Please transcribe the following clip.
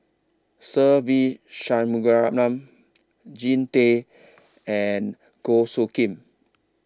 Se Ve Shanmugam Jean Tay and Goh Soo Khim